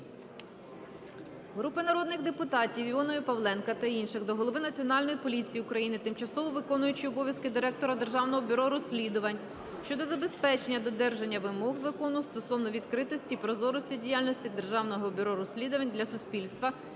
Групи народних депутатів (Іонової, Павленка та інших) до голови Національної поліції України, тимчасово виконуючої обов'язки директора Державного бюро розслідувань щодо забезпечення додержання вимог закону стосовно відкритості і прозорості діяльності Державного бюро розслідувань для суспільства